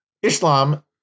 Islam